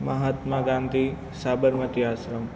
Mahatma Gandhi Sabarmati Ashram